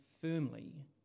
firmly